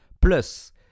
Plus